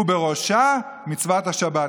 ובראשן מצוות השבת.